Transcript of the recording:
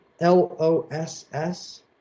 L-O-S-S